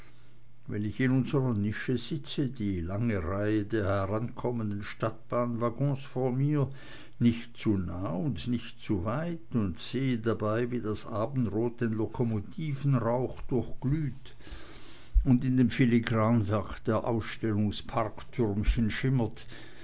wenn ich in unsrer nische sitze die lange reihe der herankommenden stadtbahnwaggons vor mir nicht zu nah und nicht zu weit und sehe dabei wie das abendrot den lokomotivenrauch durchglüht und in dem filigranwerk der ausstellungsparktürmchen schimmert